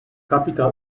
capital